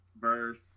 verse